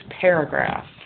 paragraph